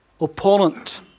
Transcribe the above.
opponent